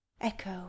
echo